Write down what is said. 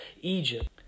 Egypt